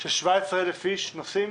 של 17,000 נוסעים,